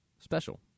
special